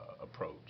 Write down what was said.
approach